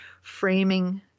framing